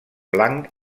blanc